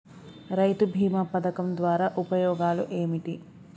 రైతు బీమా పథకం ద్వారా ఉపయోగాలు ఏమిటి?